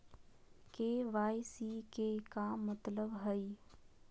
KYC के का मतलब हई?